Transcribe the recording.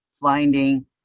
finding